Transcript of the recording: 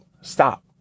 stop